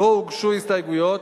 לא הוגשו הסתייגויות,